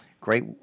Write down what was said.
great